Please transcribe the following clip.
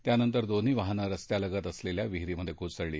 त्यानंतर दोन्ही वाहनं रस्त्यालगत असलेल्या विहिरीत कोसळली